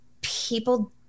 people